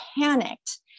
panicked